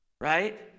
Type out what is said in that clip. right